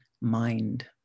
mind